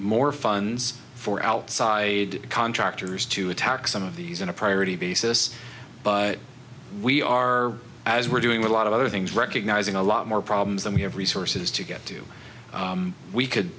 more funds for outside contractors to attack some of these in a priority basis but we are as we're doing a lot of other things recognizing a lot more problems than we have resources to get do we could